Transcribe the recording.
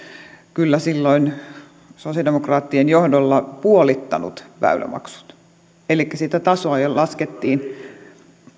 kyllä silloin sosialidemokraattien johdolla puolittanut väylämaksut elikkä sitä tasoa jo laskettiin